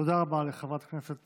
תודה רבה לחברת הכנסת